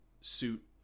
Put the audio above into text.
suit